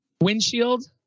windshield